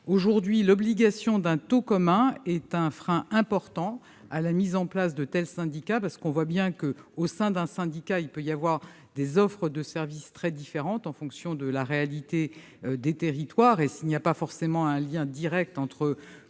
Aujourd'hui, l'obligation d'un taux commun est un frein important à la mise en place de tels syndicats. En effet, au sein d'un syndicat peuvent coexister des offres de services très différentes, en fonction de la réalité des territoires. Même s'il n'y a pas forcément un lien direct entre